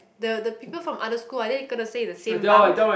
the the people from the other school are they going to stay in the same bunk